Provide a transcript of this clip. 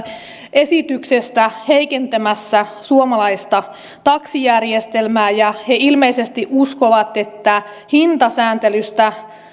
esityksestä heikentämässä suomalaista taksijärjestelmää ja he ilmeisesti uskovat että hintasääntelystä